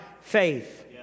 faith